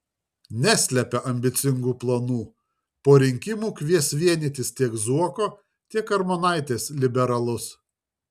neslepia ambicingų planų po rinkimų kvies vienytis tiek zuoko tiek armonaitės liberalus